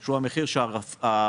שהוא המחיר שהמחלבות,